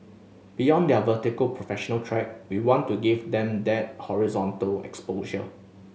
beyond their vertical professional track we want to give them that horizontal exposure